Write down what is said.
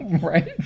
Right